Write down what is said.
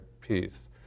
peace